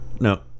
No